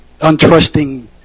untrusting